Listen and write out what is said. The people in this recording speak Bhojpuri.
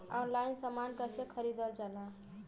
ऑनलाइन समान कैसे खरीदल जाला?